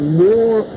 more